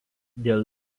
dėl